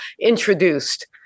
introduced